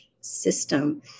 system